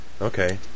Okay